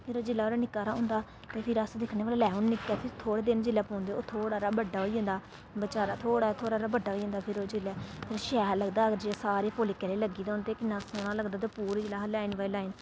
फिर ओह् जिल्लै ओह्दा निक्का हारा होंदा ते फिर अस दिक्खने भला लै हून निक्का हारा थोह्ड़े दिन जिल्लै पौंदे ओह् थोह्ड़ा हारा बड्डा होई जंदा बचारा थोह्ड़ा थोह्ड़ा हारा बड्डा होई जंदा फिर ओह् जिल्लै ते शैल लगदा अगर जे सारे फुल्ल इक्कै जेह् लग्गी दे होन ते किन्ना सोह्ना ते पूरी जिल्लै अस लाइन बाई लाइन